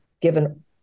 given